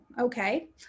okay